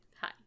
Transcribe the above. Hi